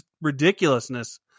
ridiculousness